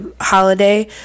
holiday